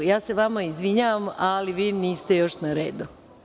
Ja se vama izvinjavam, ali vi niste još na redu.